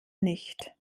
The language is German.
nicht